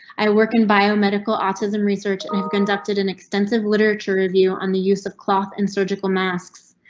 i work in biomedical autism research and have conducted an extensive literature review on the use of cloth and surgical masks.